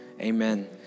amen